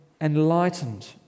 enlightened